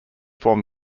form